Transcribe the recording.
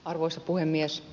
arvoisa puhemies